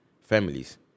families